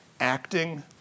acting